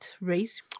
race